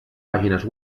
pàgines